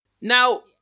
Now